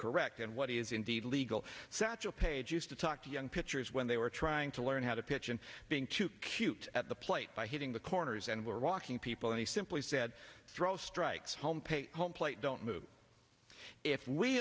correct and what is indeed legal satchel paige used to talk to young pitchers when they were trying to learn how to pitch and being too cute at the plate by hitting the corners and were walking people and he simply said throw strikes home page home plate don't